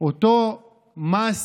אותו מס